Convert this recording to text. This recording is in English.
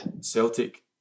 Celtic